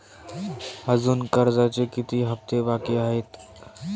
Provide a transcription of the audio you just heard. अजुन कर्जाचे किती हप्ते बाकी आहेत?